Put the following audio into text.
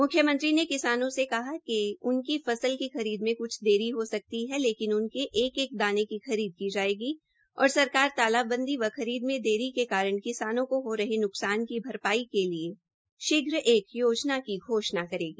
मुख्यमंत्री ने किसानों से कहा कि उनकी फसल की खरीद से कुछ देरी हो सकती है लेकिन उनके एक एक दाने की खरीद की जायेगी और सरकार तालाबंदी व खरीद में देरी के कारण किसानों को हो रहे नुकसान की भरपाई के लिए शीघ्र एक योजना की घोषणा करेगी